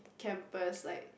campus like